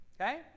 Okay